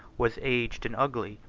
was aged and ugly,